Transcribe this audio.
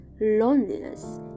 loneliness